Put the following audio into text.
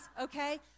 okay